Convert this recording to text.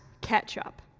ketchup